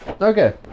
Okay